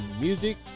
music